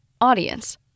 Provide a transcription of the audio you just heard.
audience